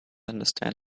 understand